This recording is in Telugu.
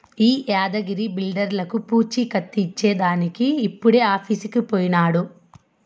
ఈ యాద్గగిరి బిల్డర్లకీ పూచీకత్తు ఇచ్చేదానికి ఇప్పుడే ఆఫీసుకు పోయినాడు